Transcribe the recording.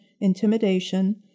intimidation